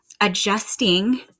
Adjusting